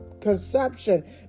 conception